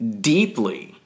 deeply